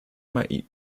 might